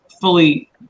fully